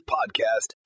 Podcast